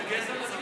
זה גזע מדהים.